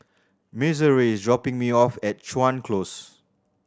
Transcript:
Missouri is dropping me off at Chuan Close